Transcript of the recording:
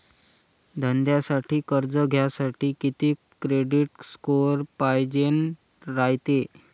धंद्यासाठी कर्ज घ्यासाठी कितीक क्रेडिट स्कोर पायजेन रायते?